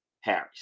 Harry's